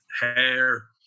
hair